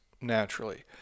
naturally